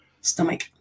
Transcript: Stomach